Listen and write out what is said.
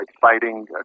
fighting